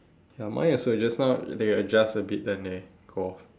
ya mine also just now they adjust a bit then they go off